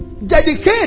Dedicate